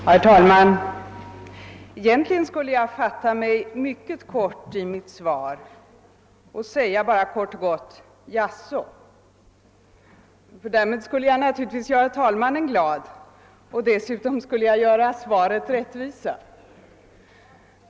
Herr talman! Egentligen skulle jag kunna fatta mig mycket kort och kunde kort och gott säga: Jaså. Därmed skulle jag göra herr talmannen glad samtidigt som jag gjorde finansministerns svar rättvisa.